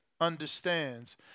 understands